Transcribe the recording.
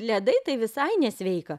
ledai tai visai nesveika